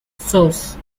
source